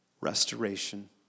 restoration